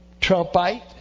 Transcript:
Trumpite